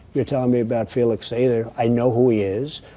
you're telling me about felix sater. i know who he is.